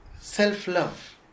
Self-love